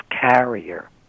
carrier